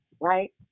right